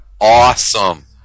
Awesome